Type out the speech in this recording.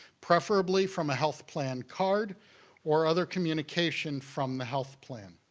preferably from a health plan card or other communication from the health plan.